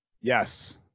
yes